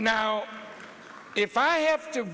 now if i have to